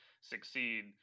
succeed